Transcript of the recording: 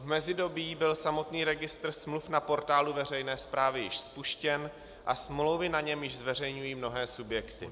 V mezidobí byl samotný registr smluv na portálu veřejné správy již spuštěn a smlouvy na něm již zveřejňují mnohé subjekty.